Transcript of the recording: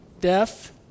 deaf